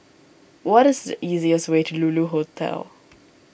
what is the easiest way to Lulu Hotel